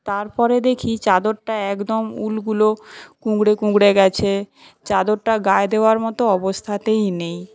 তারপরে দেখি চাদরটা একদম উলগুলো কুঁকড়ে কুঁকড়ে গেছে চাদরটা গায়ে দেওয়ার মতো অবস্থাতেই নেই